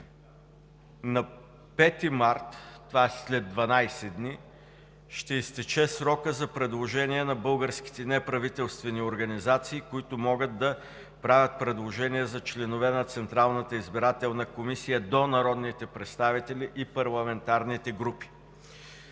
на 5 март 2019 г., това е след 12 дни, ще изтече срокът за предложения на българските неправителствени организации, които могат да правят предложения за членове на Централната избирателна комисия до народните представители и парламентарните групи.